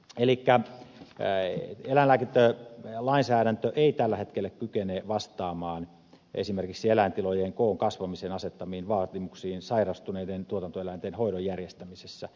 elikkä eläinlääkintälainsäädäntö ei tällä hetkellä kykene vastaamaan esimerkiksi eläintilojen koon kasvamisen asettamiin vaatimuksiin sairastuneiden tuotantoeläinten hoidon järjestämisessä